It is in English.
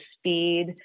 speed